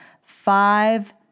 Five